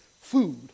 food